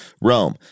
Rome